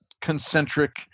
concentric